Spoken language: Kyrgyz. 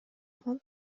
фонд